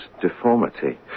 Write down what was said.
deformity